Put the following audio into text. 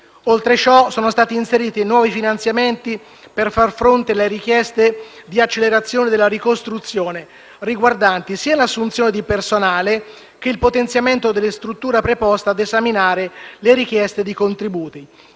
Oltre a ciò, sono stati inseriti nuovi finanziamenti per far fronte alle richieste di accelerazione della ricostruzione, riguardanti sia l'assunzione di personale che il potenziamento della struttura preposta a esaminare le richieste di contributi.